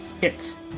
hits